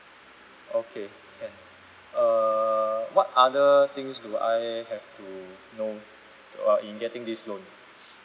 okay can err what other things do I have to know while in getting this loan